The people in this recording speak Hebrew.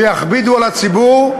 שתכביד על הציבור,